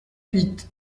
huit